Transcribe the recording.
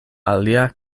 alia